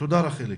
תודה רחל.